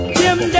Jim